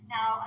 Now